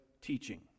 teaching